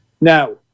Now